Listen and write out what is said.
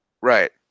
Right